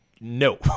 No